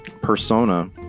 persona